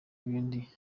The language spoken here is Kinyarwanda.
ibindi